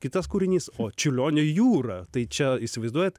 kitas kūrinys o čiurlionio jūra tai čia įsivaizduojat